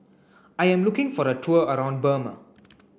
I am looking for a tour around Burma